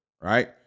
right